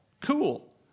cool